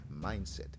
mindset